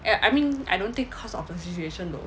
eh I mean I don't think because of the situation though